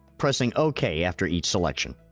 pressing ok after each selection.